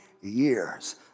years